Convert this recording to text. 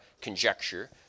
conjecture